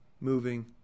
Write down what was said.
moving